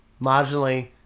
marginally